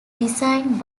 designed